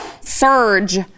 Surge